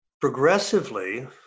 Progressively